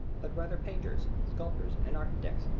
but rather painters, sculptors, and architects,